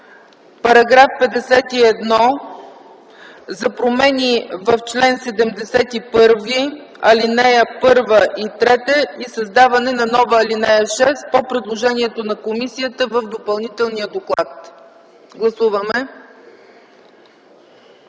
§ 51 за промени в чл. 71, ал. 1 и 3 и създаване на нова ал. 6 по предложението на комисията в Допълнителния доклад. Гласували